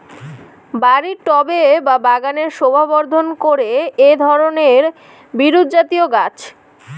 বাড়ির টবে বা বাগানের শোভাবর্ধন করে এই ধরণের বিরুৎজাতীয় গাছ